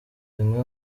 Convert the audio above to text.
zimwe